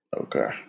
Okay